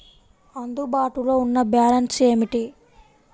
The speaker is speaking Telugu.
అందుబాటులో ఉన్న బ్యాలన్స్ ఏమిటీ?